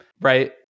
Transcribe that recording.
right